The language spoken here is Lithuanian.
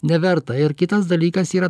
neverta ir kitas dalykas yra